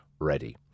Ready